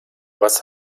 was